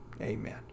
Amen